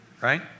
Right